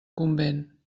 convent